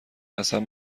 قسم